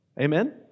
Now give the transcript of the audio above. Amen